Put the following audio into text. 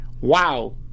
Wow